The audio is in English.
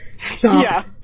Stop